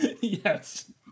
Yes